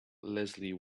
leslie